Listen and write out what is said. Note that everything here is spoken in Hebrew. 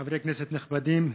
חברי כנסת נכבדים,